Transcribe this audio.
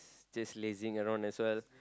just lazing around as well